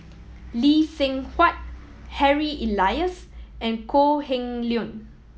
Lee Seng Huat Harry Elias and Kok Heng Leun